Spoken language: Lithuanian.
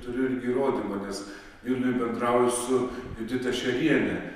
turiu irgi įrodymų nes vilniuj bendrauju su judita šeriene